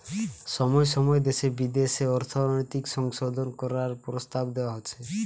সময় সময় দেশে বিদেশে অর্থনৈতিক সংশোধন করার প্রস্তাব দেওয়া হচ্ছে